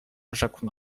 rzekł